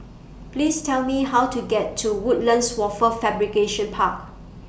Please Tell Me How to get to Woodlands Wafer Fabrication Park